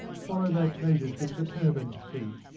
follow thy pleasures with determined feet,